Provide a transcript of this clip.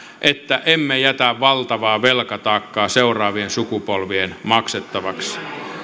että emme jätä valtavaa velkataakkaa seuraavien sukupolvien maksettavaksi